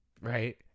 Right